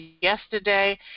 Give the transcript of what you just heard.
yesterday